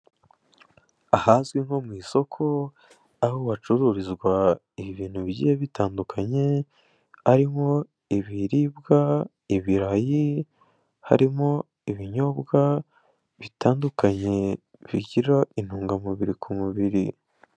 Ahazwi nko mu isoko aho hacururizwa ibintu bigiye bitandukanye harimo ibiribwa ibirayi, harimo ibinyobwa bitandukanye bigira intungamubiri ku mubiri.